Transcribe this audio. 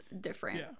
different